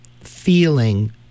feeling